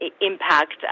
impact